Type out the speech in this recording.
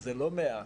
וזה לא מעט,